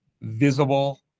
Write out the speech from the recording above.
visible